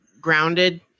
grounded